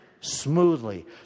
smoothly